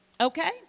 Okay